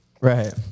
right